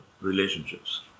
relationships